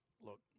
look